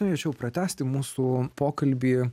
norėčiau pratęsti mūsų pokalbį